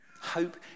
Hope